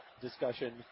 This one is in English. discussion